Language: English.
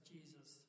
Jesus